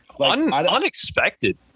Unexpected